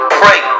pray